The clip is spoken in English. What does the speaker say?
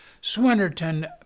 Swinnerton